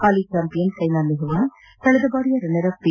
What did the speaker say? ಹಾಲಿ champion Saina Nehwal ಕಳೆದ ಬಾರಿಯ runner up P